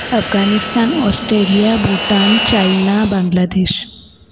Afghanistan Australia Bhutan China Bangladesh